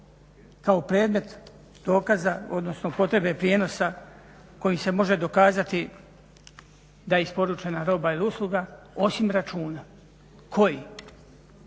kao predmet dokaza odnosno potrebe prijenosa kojim se može dokazati da je isporučena roba ili usluga osim računa, koji.